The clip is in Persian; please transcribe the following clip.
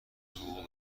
حقوق